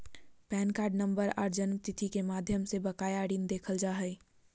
pan card number आर जन्मतिथि के माध्यम से भी बकाया ऋण देखल जा हय